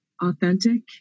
authentic